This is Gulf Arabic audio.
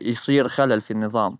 يصير خلل في النظام.